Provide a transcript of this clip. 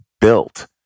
built